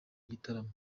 igitaramo